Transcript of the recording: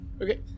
Okay